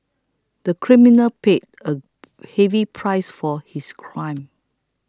the criminal paid a heavy price for his crime